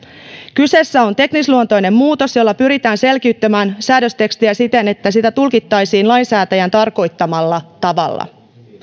kyseessä on teknisluontoinen muutos jolla pyritään selkiyttämään säädöstekstiä siten että sitä tulkittaisiin lainsäätäjän tarkoittamalla tavalla